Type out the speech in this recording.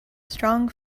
strong